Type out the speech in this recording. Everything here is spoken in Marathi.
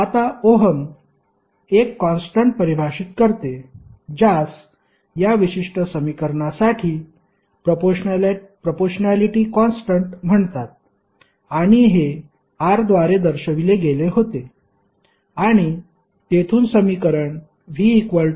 आता ओहम एक कॉन्स्टन्ट परिभाषित करते ज्यास या विशिष्ट समीकरणासाठी प्रपोर्शण्यालिटी कॉन्स्टन्ट म्हणतात आणि हे R द्वारे दर्शविले गेले होते आणि तेथून समीकरण ViR आले